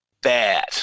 bad